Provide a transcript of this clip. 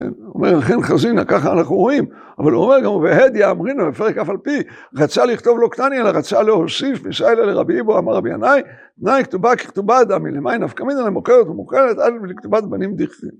הוא אומר כן חזינה ככה אנחנו רואים, אבל הוא אומר גם והדיה אמריה בפרק אף על פי רצה לכתוב לא קטני אלא רצה להוסיף מישה אלה לרבי איבו אמר רבי ענאי ענאי כתובה ככתובה דמי למאי נפקא ולמוכרת ומוכרת עד ולכתובת בנים דכתיב